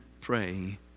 pray